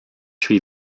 huit